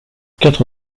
quatre